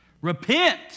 Repent